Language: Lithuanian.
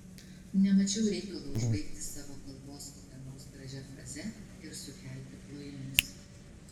nemačiau reikalo užbaigti savo kalbos kokia nors gražia fraze ir sukelti plojimus